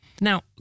Now